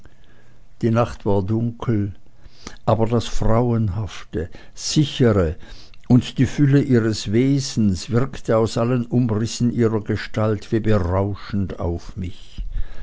die nacht war dunkel aber das frauenhafte sichere und die fülle ihres wesens wirkte aus allen umrissen ihrer gestalt wie berauschend auf mich